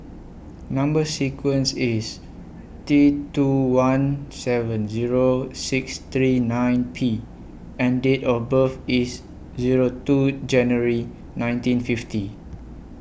Number sequence IS T two one seven Zero six three nine P and Date of birth IS Zero two January nineteen fifty